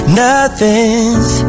nothing's